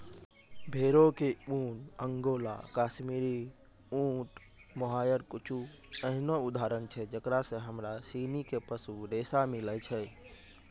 भेड़ो के ऊन, अंगोला, काश्मीरी, ऊंट, मोहायर कुछु एहनो उदाहरण छै जेकरा से हमरा सिनी के पशु रेशा मिलै छै